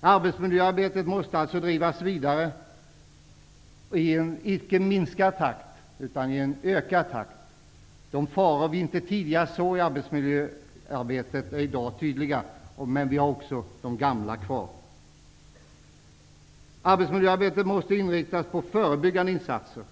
Arbetsmiljöarbetet måste alltså drivas vidare i en icke minskad takt utan i en ökad takt. De faror som vi tidigare inte såg i arbetsmiljöarbetet är i dag tydliga. Men vi har även de gamla kvar. Arbetsmiljöarbetet måste inriktas på förebyggande insatser.